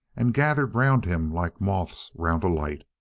and gathered round him like moths round a light.